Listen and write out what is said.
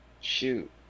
Shoot